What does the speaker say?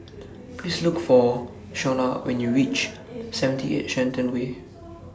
Please Look For Shonna when YOU REACH seventy eight Shenton Way